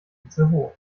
itzehoe